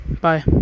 Bye